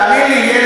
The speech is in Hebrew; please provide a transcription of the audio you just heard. תאמין לי,